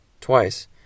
Twice